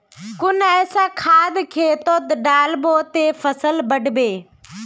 कुन ऐसा खाद खेतोत डालबो ते फसल बढ़बे?